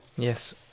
Yes